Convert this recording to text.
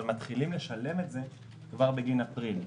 אבל מתחילים לשלם אותו כבר בגין אפריל.